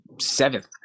seventh